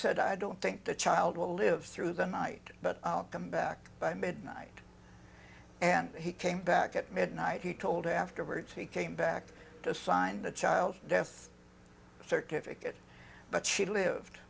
said i don't think the child will live through the night but come back by midnight and he came back at midnight he told afterwards he came back to sign the child's death certificate but she lived